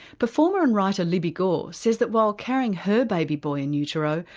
performer and writer libbi gorr says that while carrying her baby boy in utero,